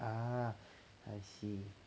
ah I see